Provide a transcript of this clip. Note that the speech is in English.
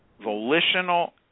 Volitional